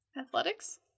Athletics